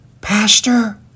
Pastor